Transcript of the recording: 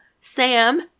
Sam